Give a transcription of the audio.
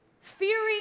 fearing